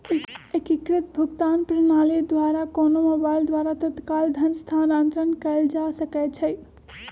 एकीकृत भुगतान प्रणाली द्वारा कोनो मोबाइल द्वारा तत्काल धन स्थानांतरण कएल जा सकैछइ